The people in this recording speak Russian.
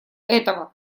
этого